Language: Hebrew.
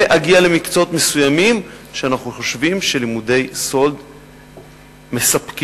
להגיע למקצועות מסוימים שאנחנו חושבים שלימודי סאלד מספקים.